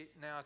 now